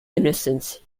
innocence